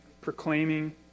proclaiming